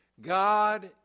God